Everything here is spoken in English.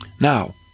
Now